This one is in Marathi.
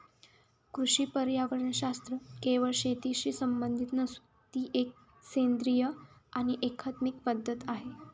कृषी पर्यावरणशास्त्र केवळ शेतीशी संबंधित नसून ती एक सेंद्रिय आणि एकात्मिक पद्धत आहे